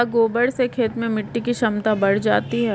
क्या गोबर से खेत में मिटी की क्षमता बढ़ जाती है?